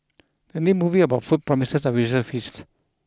the new movie about food promises a visual feast